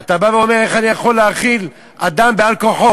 אתה בא ואומר: איך אני יכול להאכיל אדם על-כורחו?